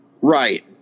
Right